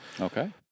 Okay